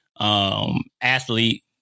athlete